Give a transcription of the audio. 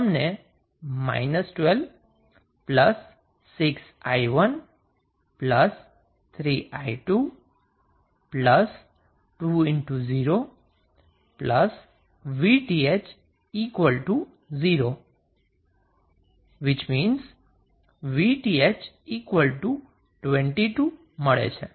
તમને 12 6i1 3i2 2 Vth 0 Vth 22 મળે છે